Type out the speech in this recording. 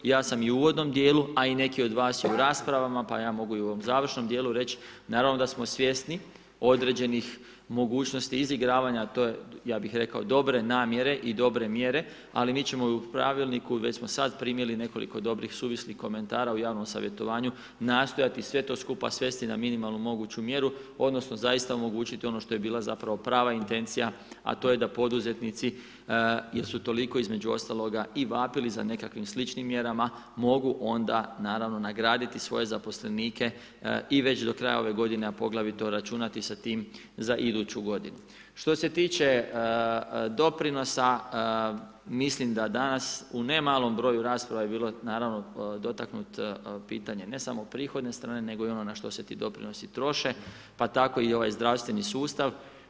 Ja sam i u uvodnom dijelu a i neki od vas i u raspravama, pa ja mogu i u ovom završnom dijelu reći naravno da smo svjesni određenih mogućnosti izigravanja, a to je dobro, ja bih rekao dobre namjere i dobre mjere, ali mi ćemo u pravilniku, već smo sada primili nekoliko dobrih, suvislih komentara u javnom savjetovanju, nastojati sve to skupa svesti na minimalnu moguću mjeru, odnosno, zaista omogućiti ono što je bila zapravo prava intencija, a to je da poduzetnici, jer su toliko između ostaloga i vapili za nekakvim sličnim mjerama, mogu onda, naravno nagraditi svoje zaposlenike i već do kraja ove g. a poglavito računati sa tim za iduću g. Što se tiče doprinosa, mislim da danas u ne malom broju rasprava je bilo, naravno, dotaknuta pitanje ne samo prihodne strane, nego i ono na što se ti doprinosi troše, pa tako i ovaj zdravstveni sustav.